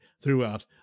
throughout